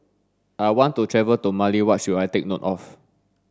I want to travel to Mali what should I take note of